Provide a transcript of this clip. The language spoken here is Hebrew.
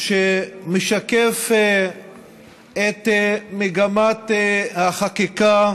שמשקף את מגמת החקיקה